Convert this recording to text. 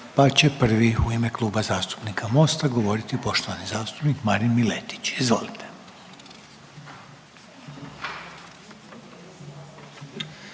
Pa će prvi u ime Kluba zastupnika SDP-a govoriti poštovani zastupnik Branko Grčić. Izvolite.